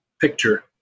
picture